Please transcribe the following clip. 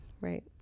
right